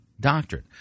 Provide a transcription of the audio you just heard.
doctrine